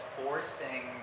forcing